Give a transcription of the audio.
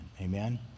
amen